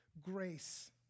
grace